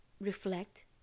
reflect